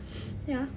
ya